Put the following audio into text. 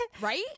right